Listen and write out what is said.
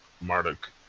Marduk